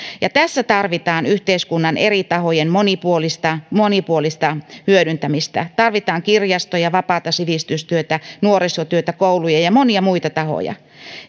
ja tässä tarvitaan yhteiskunnan eri tahojen monipuolista monipuolista hyödyntämistä tarvitaan kirjastoja vapaata sivistystyötä nuorisotyötä kouluja ja monia muita tahoja